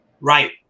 Right